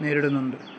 നേരിടുന്നുണ്ട്